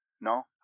No